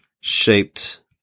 shaped